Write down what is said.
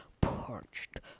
parched